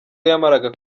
yamaraga